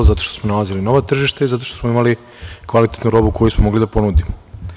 Zato što smo nalazili nova tržišta i zato što smo imali kvalitetnu robu koju smo mogli da ponudimo.